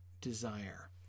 desire